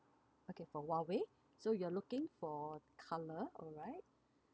okay for huawei so you're looking for colour alright